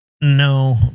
No